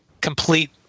complete